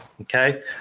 Okay